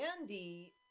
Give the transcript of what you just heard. Andy